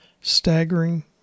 staggering